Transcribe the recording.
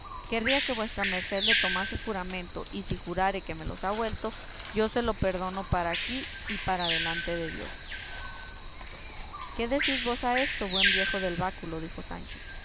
querría que vuestra merced le tomase juramento y si jurare que me los ha vuelto yo se los perdono para aquí y para delante de dios qué decís vos a esto buen viejo del báculo dijo sancho